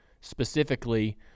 specifically